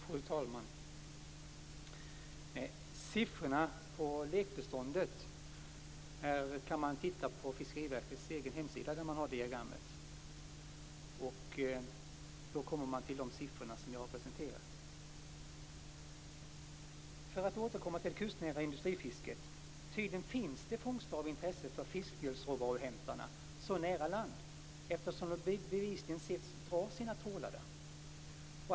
Fru talman! Siffrorna på lekbeståndet framgår av diagrammet på Fiskeriverkets egen hemsida. Där framgår de siffror som jag har presenterat. För att återkomma till det kustnära industrifisket finns det tydligen fångster av intresse för fiskmjölsråvaruhämtarna så nära land, eftersom de bevisligen setts dra sina trålar där.